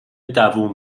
دووم